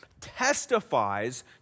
testifies